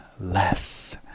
less